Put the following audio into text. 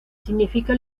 significa